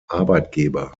arbeitgeber